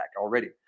already